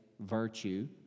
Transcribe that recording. virtue